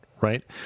right